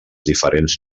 diferents